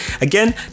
Again